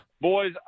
Boys